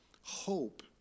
Hope